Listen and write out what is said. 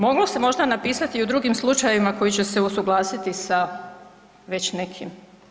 Možda se moglo napisati i u drugim slučajevima koji će se usuglasiti sa već nekim.